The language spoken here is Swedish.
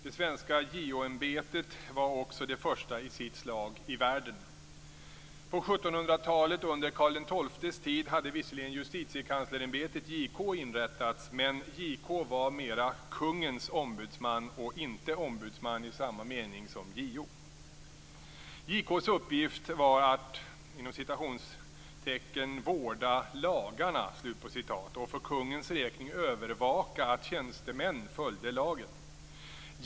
Det svenska JO ämbetet var också det första i sitt slag i världen. På Justitiekanslerämbetet, JK, inrättats, men JK var mera kungens ombudsman och inte ombudsman i samma mening som JO. JK:s uppgift var att "vårda lagarna" och för kungens räkning övervaka att tjänstemän följde lagen.